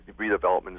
redevelopment